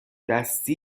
دستی